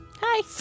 Hi